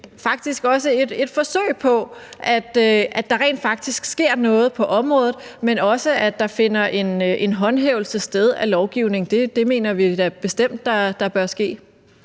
faktisk også et forsøg på at sørge for, at der rent faktisk sker noget på området, men også at der finder en håndhævelse af lovgivningen sted. Det mener vi da bestemt bør ske.